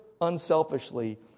unselfishly